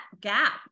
gap